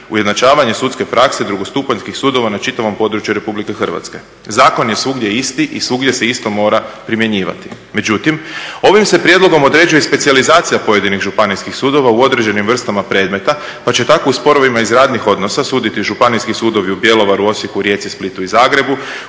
ujednačavanje sudske prakse drugostupanjskih sudova na čitavom području Republike Hrvatske. Zakon je svugdje isti i svugdje se isto mora primjenjivati. Međutim, ovim se prijedlogom određuje specijalizacija pojedinih Županijskih sudova u određenim vrstama predmeta, pa će tako u sporovima iz radnih odnosa suditi Županijski sudovi u Bjelovaru, Osijeku, Rijeci, Splitu i Zagrebu.